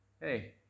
hey